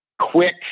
quick